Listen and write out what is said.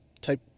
type